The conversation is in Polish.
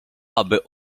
aby